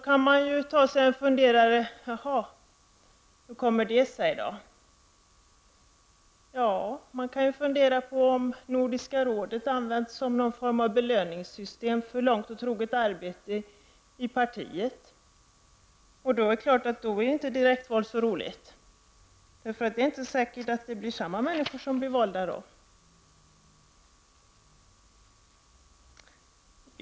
Man undrar då hur det kommer sig. Man kan fundera över om Nordiska rådet används som någon form av belöningssystem för långt och troget arbete i partiet. Det är klart att i så fall är inte direktval så roligt, eftersom det inte finns någonting som säger att samma människor blir valda.